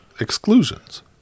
exclusions